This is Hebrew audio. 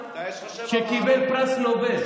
שקיבל פרס נובל,